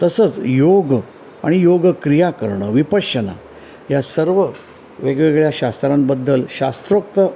तसंच योग आणि योग क्रिया करणं विपश्यना या सर्व वेगवेगळ्या शास्त्रांबद्दल शास्त्रोक्त